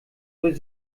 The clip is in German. durch